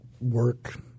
work